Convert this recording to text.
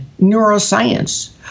neuroscience